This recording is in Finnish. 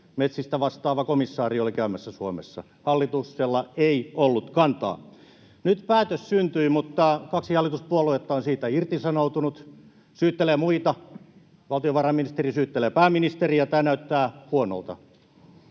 metsistä vastaava komissaari oli käymässä Suomessa: hallituksella ei ollut kantaa. Nyt päätös syntyi, mutta kaksi hallituspuoluetta on siitä irtisanoutunut, syyttelee muita. Valtiovarainministeri syyttelee pääministeriä. Tämä näyttää huonolta.